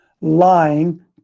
lying